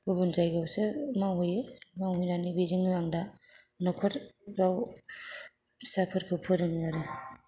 गुबुन जायगायावसो मावहैयो मावहैनानै बेजोंनो आं दा न'खराव फिसा फोरखौ फोरोङो आरो